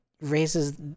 raises